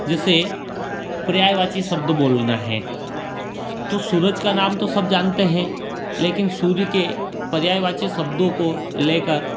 जैसे पर्यायवाची शब्द बोलना है तो सूरज का नाम तो सब जानते हैं लेकिन सूर्य के पर्यायवाची शब्दों को लेकर